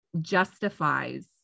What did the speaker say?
justifies